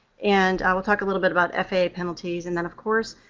and i will talk a little bit about faa penalties, and then of course,